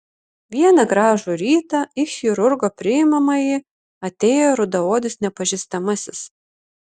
vieną gražų rytą į chirurgo priimamąjį atėjo rudaodis nepažįstamasis